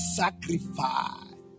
sacrifice